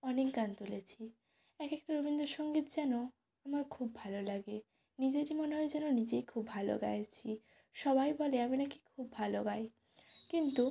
অনেক গান তুলেছি এক একটা রবীন্দ্র সংগীত যেন আমার খুব ভালো লাগে নিজেকে মনে হয় যেন নিজেই খুব গাইছি সবাই বলে আমি নাকি খুব ভালো গাই কিন্তু